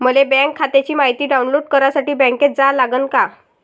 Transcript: मले बँक खात्याची मायती डाऊनलोड करासाठी बँकेत जा लागन का?